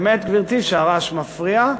האמת, גברתי, שהרעש מפריע.